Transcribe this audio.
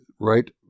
right